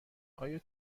آیا